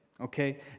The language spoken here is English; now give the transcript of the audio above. okay